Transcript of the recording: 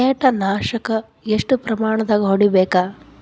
ಕೇಟ ನಾಶಕ ಎಷ್ಟ ಪ್ರಮಾಣದಾಗ್ ಹೊಡಿಬೇಕ?